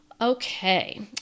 Okay